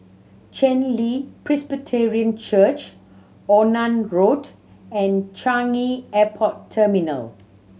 Chen Li Presbyterian Church Onan Road and Changi Airport Terminal